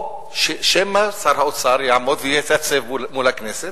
או שמא שר האוצר יעמוד ויתייצב מול הכנסת,